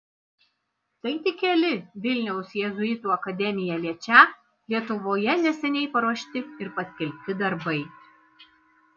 tai tik keli vilniaus jėzuitų akademiją liečią lietuvoje neseniai paruošti ir paskelbti darbai